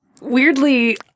weirdly